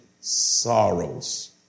sorrows